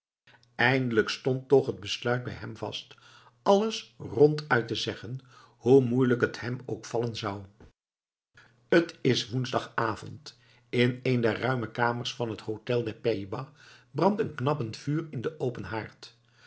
eindelijk stond toch het besluit bij hem vast alles ronduit te zeggen hoe moeielijk t hem ook vallen zou t is woensdagavond in een der ruime kamers van het hôtel des pays bas brandt een knappend vuur in den open haard